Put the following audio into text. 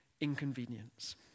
inconvenience